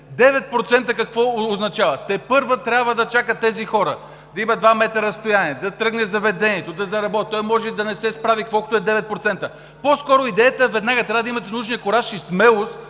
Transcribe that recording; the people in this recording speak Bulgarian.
какво означават? Тепърва трябва да чакат тези хора, да имат два метра разстояние, да тръгне заведението, да заработи, той може и да не се справи, каквото е девет процента. По-скоро идеята е – веднага трябва да имате нужния кураж и смелост,